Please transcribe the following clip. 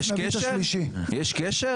יש קשר